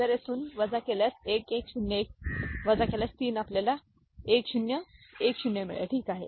तर येथून वजा केल्यास 1101 वजा केल्यास 3 आपल्याला 1010 मिळेल ठीक आहे